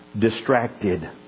distracted